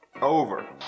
over